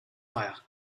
fire